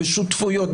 בשותפויות,